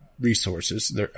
resources